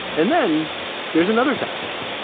and then there's another tactic.